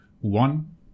one